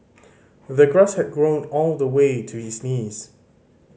the grass had grown on the way to is knees